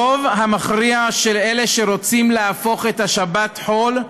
הרוב המכריע של אלה שרוצים להפוך את השבת חול,